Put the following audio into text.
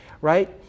Right